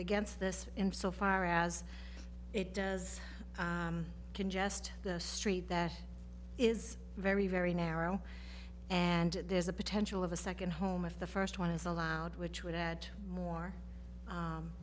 against this in so far as it does congest the street that is very very narrow and there's a potential of a second home if the first one is allowed which would add more